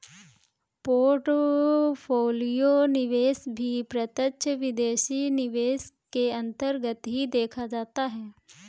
portfolio निवेश भी प्रत्यक्ष विदेशी निवेश के अन्तर्गत ही देखा जाता है